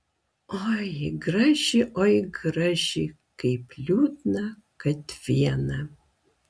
oi graži oi graži kaip liūdna kad viena